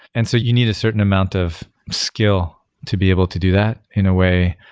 and so, you need a certain amount of skill to be able to do that in a way,